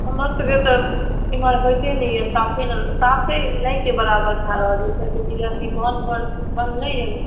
हमर सबकेँ तऽ इमहर होयते नहि यऽ साफे नहि साफे नहिकेँ बराबर भए रहल यऽ किआकि जहिआसँ ई गामघर बनलैया ने